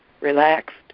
relaxed